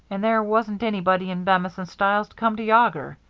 and there wasn't anybody in bemis and stiles to come to yawger,